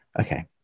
Okay